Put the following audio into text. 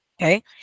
okay